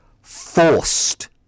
forced